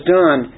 done